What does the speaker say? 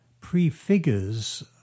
prefigures